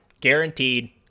Guaranteed